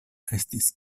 estis